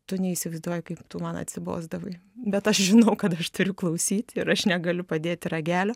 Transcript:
tu neįsivaizduoji kaip tu man atsibosdavai bet aš žinau kad aš turiu klausyti ir aš negaliu padėti ragelio